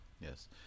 yes